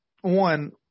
one